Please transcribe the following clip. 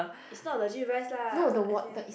is not legit rice lah as you